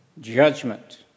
judgment